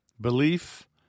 Belief